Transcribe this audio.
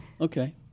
Okay